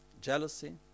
jealousy